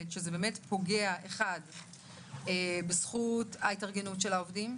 שזה באמת פוגע בזכות ההתארגנות של העובדים?